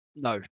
No